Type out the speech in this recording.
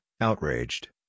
outraged